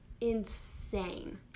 insane